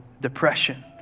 depression